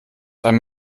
einem